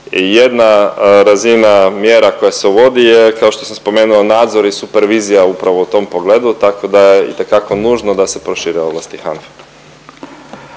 Jedna razina mjera koja se uvodi je kao što sam spomenuo nadzor i supervizija upravo u tom pogledu tako da je itekako nužno da se prošire ovlasti HANFE.